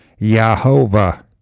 Yahovah